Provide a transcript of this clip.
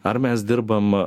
ar mes dirbam